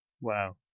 Wow